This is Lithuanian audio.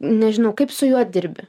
nežinau kaip su juo dirbi